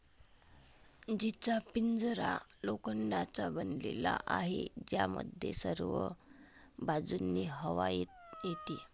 जीचा पिंजरा लोखंडाचा बनलेला आहे, ज्यामध्ये सर्व बाजूंनी हवा येते